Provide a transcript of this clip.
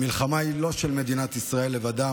המלחמה היא לא של מדינת ישראל לבדה,